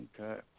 Okay